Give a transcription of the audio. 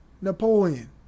Napoleon